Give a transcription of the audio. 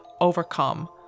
overcome